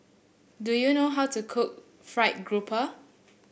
do you know how to cook fried grouper